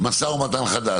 משא-ומתן חדש.